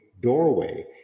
doorway